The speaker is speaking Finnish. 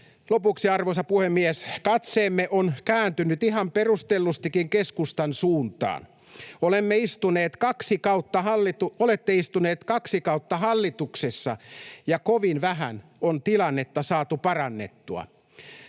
Lopuksi, arvoisa puhemies: Katseemme on kääntynyt ihan perustellustikin keskustan suuntaan. Olette istuneet kaksi kautta hallituksessa, ja kovin vähän on tilannetta saatu parannettua.